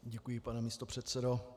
Děkuji, pane místopředsedo.